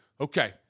okay